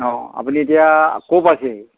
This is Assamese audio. অঁ আপুনি এতিয়া ক'ৰ পাইছেহি